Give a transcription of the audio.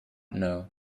know